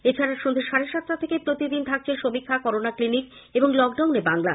তা ছাড়াও সন্ধ্যে সাড়ে সাতটা থেকে প্রতিদিন থাকছে সমীক্ষা করোনা ক্লিনিক এবং লকডাউনে বাংলা